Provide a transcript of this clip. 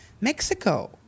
Mexico